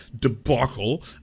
debacle